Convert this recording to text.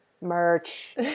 merch